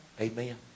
Amen